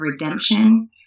redemption